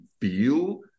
feel